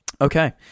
Okay